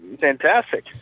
Fantastic